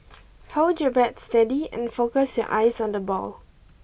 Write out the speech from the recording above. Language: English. hold your bat steady and focus your eyes on the ball